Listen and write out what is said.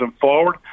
forward